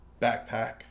backpack